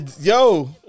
Yo